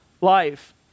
life